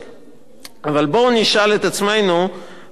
אבל בואו נשאל את עצמנו מה יקרה אם